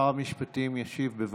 שר המשפטים ישיב, בבקשה.